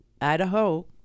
Idaho